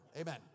Amen